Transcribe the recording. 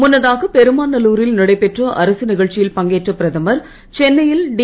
முன்னதாக பெருமாநல்லூரில் நடைபெற்ற அரசு நிகழ்ச்சியில் பங்கேற்ற பிரதமர் சென்னையில் டி